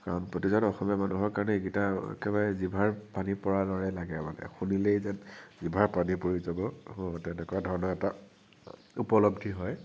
কাৰণ প্ৰতিজন অসমীয়া মানুহৰ কাৰণে এইকেইটা একেবাৰে জিভাৰ পানী পৰাৰ দৰে লাগে মানে শুনিলেই যেন জিভাৰ পানী পৰি যাব তেনেকুৱা ধৰণৰ এটা উপলব্ধি হয়